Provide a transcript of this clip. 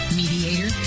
mediator